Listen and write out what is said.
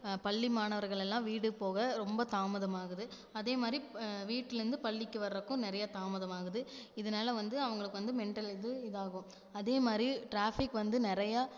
பள்ளி மாணவர்களெல்லாம் வீடு போக ரொம்ப தாமதமாகுது அதே மாதிரி வீட்லருந்து பள்ளிக்கு வர்றதுக்கும் நிறைய தாமதமாகுது இதனால வந்து அவங்களுக்கு வந்து மெண்டல் இது இதாகும் அதே மாதிரி டிராஃபிக் வந்து நிறையா